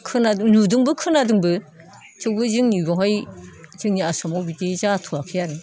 खोनादों नुदोंबो खोनांदोंबो थेवबो जोंनि बेवहाय जोंनि आसामाव बिदि जाथ'वाखै आरो